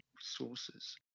sources